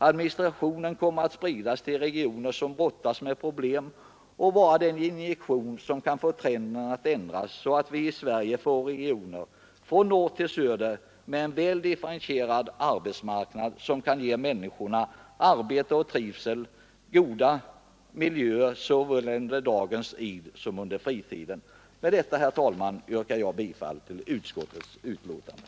Administration kommer att spridas till regioner som brottas med problem och vara den injektion som kan få trenden att ändras, så att vi i Sverige får regioner från norr till söder med en mer differentierad arbetsmarknad, som kan ge människorna arbete och trivsel och goda miljöer såväl under dagens id som under friheten. Med detta, herr talman, yrkar jag bifall till utskottets hemställan.